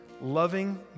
Loving